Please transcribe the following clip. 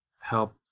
help